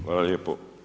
Hvala lijepo.